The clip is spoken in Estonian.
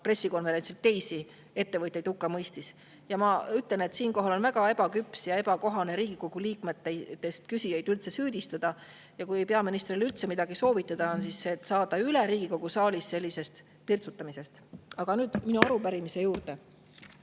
pressikonverentsil teisi ettevõtjaid hukka mõistis. Ma ütlen, et siinkohal on väga ebaküps ja ebakohane Riigikogu liikmetest küsijaid üldse süüdistada. Kui peaministrile midagi soovitada, siis seda, et ta saaks üle Riigikogu saalis sellisest pirtsutamisest. Aga nüüd minu arupärimise juurde.